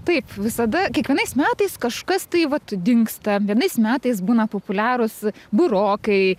taip visada kiekvienais metais kažkas tai vat dingsta vienais metais būna populiarūs burokai